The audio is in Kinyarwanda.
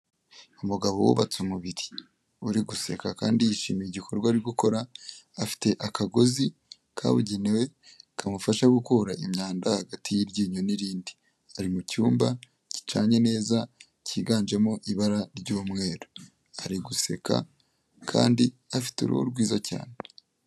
Umugabo wubatse umubiri uri guseka kandi yishimiye igikorwa ari gukora, afite akagozi kabugenewe kamufasha gukura imyanda hagati y'iryinyo n'irindi ari mu cyumba gicanye neza cyiganjemo ibara ry'umweru ari guseka kandi afite uruhu rwiza cyane.